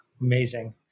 Amazing